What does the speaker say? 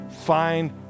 find